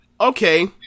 okay